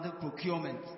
procurement